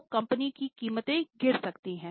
तो कंपनी की कीमत गिर सकती है